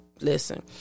listen